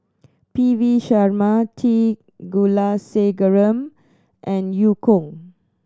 P V Sharma T Kulasekaram and Eu Kong